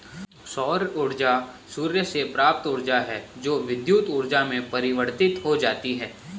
सौर ऊर्जा सूर्य से प्राप्त ऊर्जा है जो विद्युत ऊर्जा में परिवर्तित हो जाती है